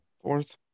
Fourth